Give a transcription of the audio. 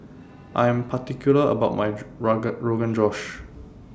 I Am particular about My Rogan Josh